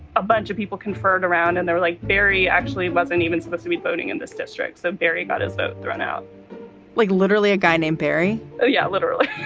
a bunch of people confirmed around and they're like, barry actually wasn't even supposed to be voting in this district so barry got his vote thrown out like literally a guy named barry. yeah, literally